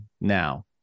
now